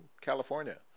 California